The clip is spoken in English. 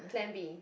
plan B